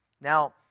Now